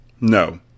no